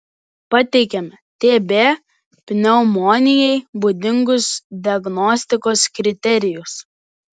pateikiame tb pneumonijai būdingus diagnostikos kriterijus